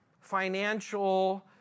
financial